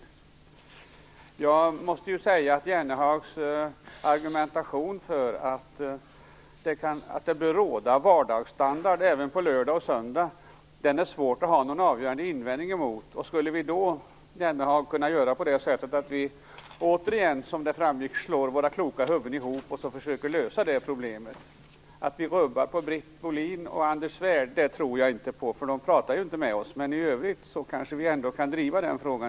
Det är svårt att ha någon avgörande invändning mot Jennehags argumentation för att det bör råda vardagsstandard även på lördagen och söndagen. Vi skulle då, Jan Jennehag, återigen kunna slå våra kloka huvuden ihop och försöka lösa det problemet. Att vi skulle kunna rubba Britt Bohlin och Anders Svärd tror jag inte på - de pratar ju inte med oss. Men vi två kanske kan driva den frågan.